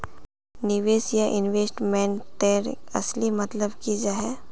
निवेश या इन्वेस्टमेंट तेर असली मतलब की जाहा?